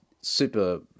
super